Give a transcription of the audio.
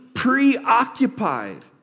Preoccupied